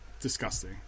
disgusting